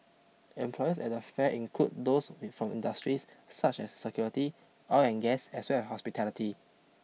employers at the fair include those from industries such as security oil and gas as well as hospitality